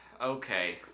Okay